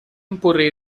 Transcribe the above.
imporre